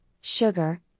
sugar